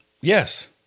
Yes